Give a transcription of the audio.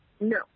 No